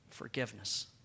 Forgiveness